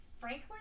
Franklin